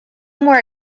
more